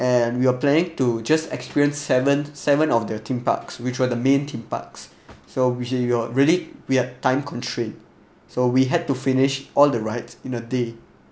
and we were planning to just experience seven seven of the theme parks which were the main theme parks so which is your really weird time constraint so we had to finish all the rides in a day